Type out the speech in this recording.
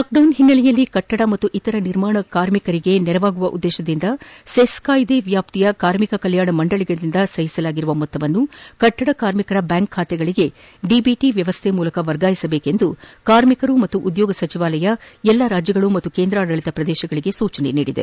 lockdown ಹಿನ್ನೆಲೆಯಲ್ಲಿ ಕಟ್ಟಡ ಮತ್ತು ಇತರ ನಿರ್ಮಾಣ ಕಾರ್ಮಿಕರಿಗೆ ನೆರವಾಗುವ ಉದ್ದೇಶದಿಂದ ಸೆಸ್ ಕಾಯ್ದೆ ವ್ಯಾಪ್ತಿಯ ಕಾರ್ಮಿಕ ಕಲ್ಲಾಣ ಮಂಡಳಿಗಳಿಂದ ಸಂಗ್ರಹಿಸಲಾದ ಮೊತ್ತವನ್ನು ಕಟ್ಟಡ ಕಾರ್ಮಿಕರ ಬ್ಯಾಂಕ್ ಬಾತೆಗಳಿಗೆ ನೇರ ನಗದು ವರ್ಗಾವಣೆ ವ್ಣವಸ್ಥೆಯ ಮೂಲಕ ವರ್ಗಾಯಿಸಬೇಕು ಎಂದು ಕಾರ್ಮಿಕರು ಮತ್ತು ಉದ್ಯೋಗ ಸಚಿವಾಲಯ ಎಲ್ಲ ರಾಜ್ಯಗಳು ಮತ್ತು ಕೇಂದ್ರಾಡಳಿತ ಪ್ರದೇಶಗಳಿಗೆ ಸೂಚಿಸಿದೆ